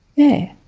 yeah.